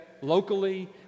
Locally